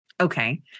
Okay